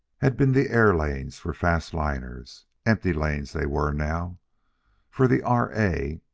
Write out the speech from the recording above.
had been the air-lanes for fast liners. empty lanes they were now for the r. a,